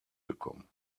bekommen